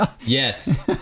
yes